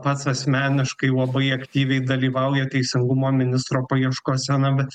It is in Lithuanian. pats asmeniškai labai aktyviai dalyvauja teisingumo ministro paieškose na bet